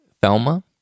Thelma